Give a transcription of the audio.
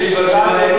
אני רוצה לדבר.